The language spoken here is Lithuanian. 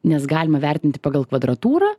nes galima vertinti pagal kvadratūrą